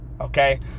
okay